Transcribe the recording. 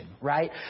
right